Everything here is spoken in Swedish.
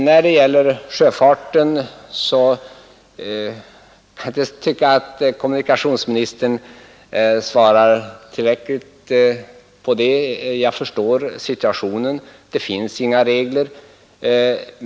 När det gäller sjöfarten tycker jag inte att kommunikationsministern svarar tillräckligt på frågan. Jag förstår situationen — att det inte finns några regler.